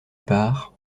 par